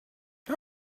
how